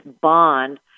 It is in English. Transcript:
bond